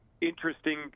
interesting